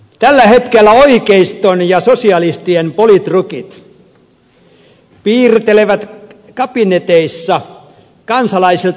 tällä hetkellä oikeiston ja sosialistien politrukit piirtelevät kabineteissa kansalaisilta salassa uusia kuntarajoja